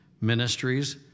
ministries